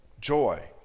joy